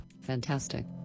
Fantastic